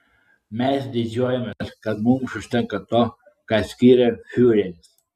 mes didžiuojamės kad mums užtenka to ką skiria fiureris